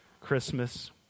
Christmas